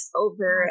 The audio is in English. over